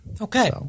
Okay